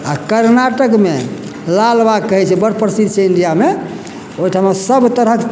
आ कर्नाटकमे लाल बा कहै छै बड प्रसिद्ध छै इण्डियामे ओहिठमा सब तरहक